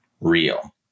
real